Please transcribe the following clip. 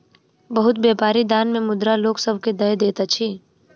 बहुत व्यापारी दान मे मुद्रा लोक सभ के दय दैत अछि